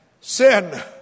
sin